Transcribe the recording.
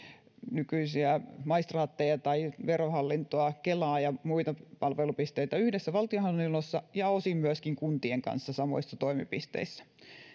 nykyisiä maistraatteja tai verohallintoa kelaa ja muita palvelupisteitä yhdessä valtionhallinnossa ja osin myöskin kuntien kanssa samoissa toimipisteissä